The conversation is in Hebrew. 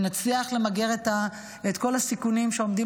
שנצליח למגר את כל הסיכונים שעומדים